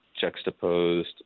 juxtaposed